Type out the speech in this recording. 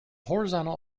horizontal